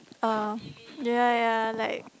uh ya ya like